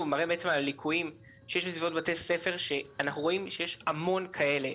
רואים שיש המון כאלה,